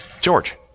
George